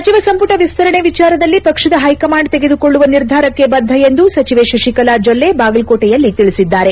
ಸಚಿವ ಸಂಪುಟ ವಿಸ್ತರಣೆ ವಿಚಾರದಲ್ಲಿ ಪಕ್ಷದ ಹೈಕಮಾಂಡ್ ತೆಗೆದುಕೊಳ್ಳುವ ನಿರ್ಧಾರಕ್ಷೆ ಬದ್ದ ಎಂದು ಸಚಿವೆ ಶತಿಕಲಾ ಜೊಲ್ಲೆ ಬಾಗಲಕೋಟೆಯಲ್ಲಿ ತಿಳಿಸಿದ್ದಾರೆ